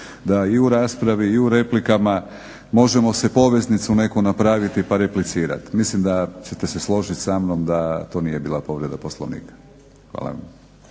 da i u raspravi i u replikama možemo si poveznicu neku napraviti pa replicirati. Mislim da ćete se složit sa mnom da to nije bila povreda Poslovnika. Hvala.